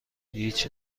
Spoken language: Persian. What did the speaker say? هیچ